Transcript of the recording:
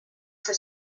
for